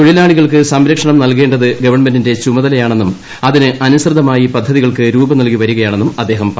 തൊഴിലാളികൾക്ക് സംരക്ഷണിർ നൽകേണ്ടത് ഗവൺമെന്റിന്റെ ചുമതലയാണെന്നും അതിന്നു അനു്സൃതമായി പദ്ധതികൾക്ക് രൂപം നൽകി വരികയാണെന്നൂ് അദ്ദേഹം പറഞ്ഞു